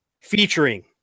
featuring